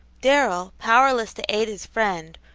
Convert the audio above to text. darrell, powerless to aid his friend,